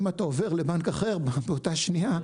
אם אתה עובר לבנק אחר באותה שנייה,